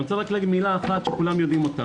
אני רוצה לומר דבר נוסף שכולם יודעים,